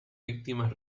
víctimas